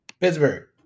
Pittsburgh